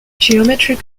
geometric